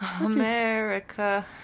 america